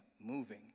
moving